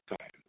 time